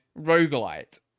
roguelite